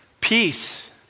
peace